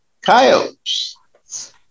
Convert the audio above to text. Coyotes